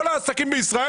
כל העסקים בישראל,